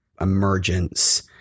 emergence